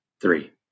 three